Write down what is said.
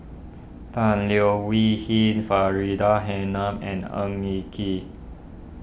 Tan Leo Wee Hin Faridah Hanum and Ng Eng Kee